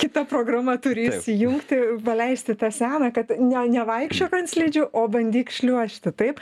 kita programa turi įsijungti paleisti tą seną kad ne nevaikščiok ant slidžių o bandyk šliuožti taip